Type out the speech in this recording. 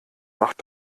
macht